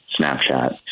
Snapchat